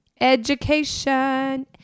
Education